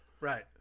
Right